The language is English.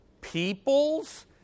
peoples